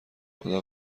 خدا